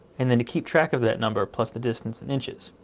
and then to keep track of that number plus the distance in inches.